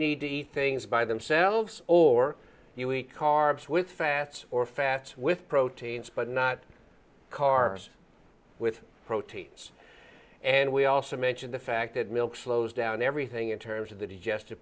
needy things by themselves or u e carbs with fats or fats with proteins but not cars with proteins and we also mention the fact that milk slows down everything in terms of that he just